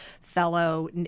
fellow